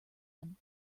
him